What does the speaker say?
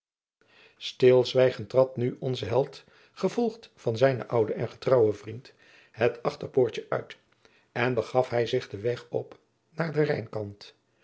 trad nu onze held gevolgd van zijnen ouden en getrouwen vriend het achterpoortje uit en begaf hij zich den weg op naar den rijnkant